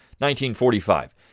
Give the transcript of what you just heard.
1945